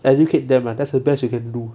educate them ah that's the best you can do